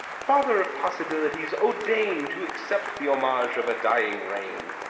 father of possibilities, o deign to accept the homage of a dying reign!